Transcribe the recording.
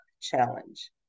Challenge